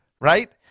right